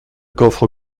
coffre